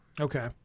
Okay